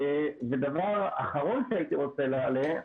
ודבר אחרון שהייתי רוצה להעלות,